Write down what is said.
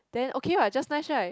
then okay what just nice right